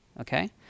okay